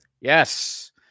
Yes